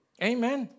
Amen